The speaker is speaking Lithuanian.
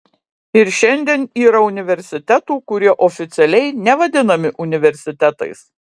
ir šiandien yra universitetų kurie oficialiai nevadinami universitetais